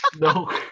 No